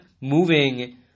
moving